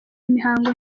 imihango